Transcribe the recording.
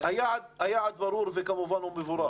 היעד ברור וכמובן הוא מבורך.